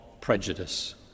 prejudice